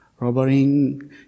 robbering